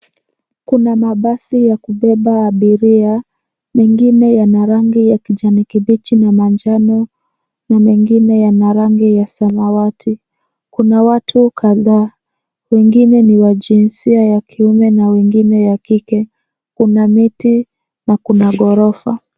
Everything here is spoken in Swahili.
Kuna mabasi ya kubeba abiria, mengine yana rangi ya kijani kibichi na manjano na mengine yana rangi ya samawati. Kuna watu kadhaa, wengine ni wa jinsia ya kiume na wengine ya kike. Kuna miti na kuna ghorofa.